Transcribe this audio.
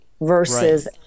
versus